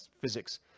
Physics